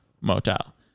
motel